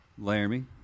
Laramie